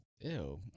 Ew